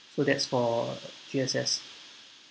so that's for G_S_S